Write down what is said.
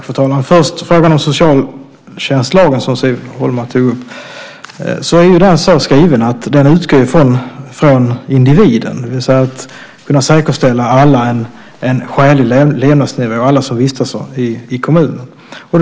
Fru talman! Först ska jag ta upp frågan om socialtjänstlagen, som Siv Holma tog upp. Den är så skriven att den utgår från individen, det vill säga att alla som vistas i kommunen ska kunna säkerställas en skälig levnadsnivå.